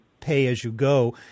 pay-as-you-go